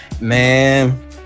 Man